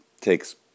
takes